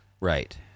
Right